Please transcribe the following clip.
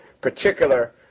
particular